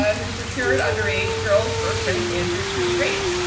ah who procured underaged girls for prince andrew to rape.